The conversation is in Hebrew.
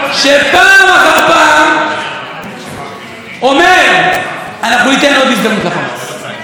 שפעם אחר פעם אומר: אנחנו ניתן עוד הזדמנות לחמאס.